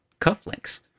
cufflinks